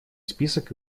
список